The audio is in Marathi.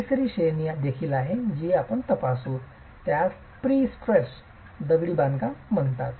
तिसरी श्रेणी देखील आहे जी आपण तपासू ज्यास प्रेस्ट्रेटेड दगडी बांधकाम म्हणतात